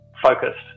focused